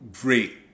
great